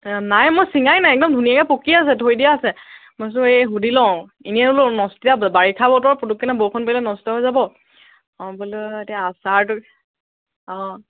নাই মই চিঙাই নাই একদম ধুনীয়াকৈ পকি আছে থৈ দিয়া আছে মই ভাবিছোঁ এই সুধি লওঁ এনেই বোলো নষ্ট বাৰিষা বতৰ পুটুককেনে বৰষুণ পৰিলে নষ্ট হৈ যাব অ বোলো এতিয়া আচাৰটো অঁ